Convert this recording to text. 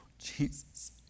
Jesus